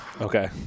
okay